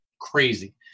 crazy